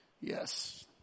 yes